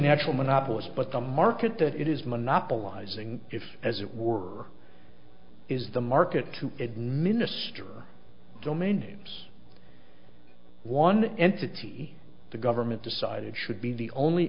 natural monopolist but the market that it is monopolizing if as it were is the market to administer domain names one entity the government decided should be the only